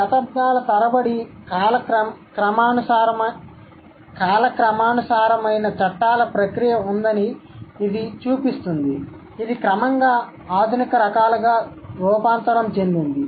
శతాబ్దాల తరబడి కాలక్రమానుసారమైన చట్టాల ప్రక్రియ ఉందని ఇది చూపిస్తుంది ఇది క్రమంగా ఆధునిక రకాలుగా రూపాంతరం చెందింది